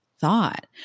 thought